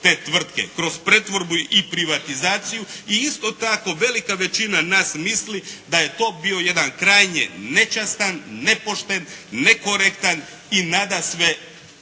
te tvrtke kroz pretvorbu i privatizaciju i isto tako velika većina nas misli da je to bio jedan krajnje nečasan, nepošten, nekorektan i nadasve